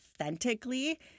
authentically